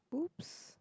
!oops!